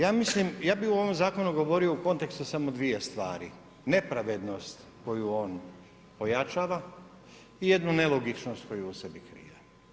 Ja mislim, ja bi o ovom zakonu govorio u kontekstu samo dvije stvari, nepravednost koju on pojačava i jednu nelogičnost koju u sebi krije.